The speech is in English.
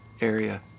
area